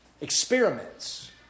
Experiments